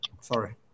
Sorry